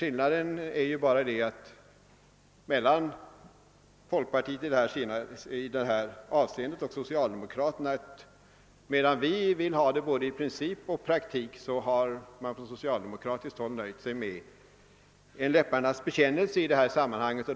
Skillnaden mellan folkpartiet och socialdemokraterna i detta avseende är att medan vi både i princip och i praktik vill införa dessa lika villkor nöjer man sig på socialdemokratiskt håll med en läpparnas bekännelse.